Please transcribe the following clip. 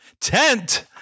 tent